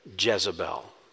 Jezebel